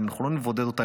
אם אנחנו לא נבודד אותה,